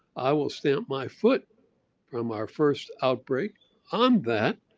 i will stamp my foot from our first outbreak on that,